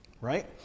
right